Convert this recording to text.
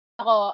ako